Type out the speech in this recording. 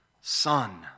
son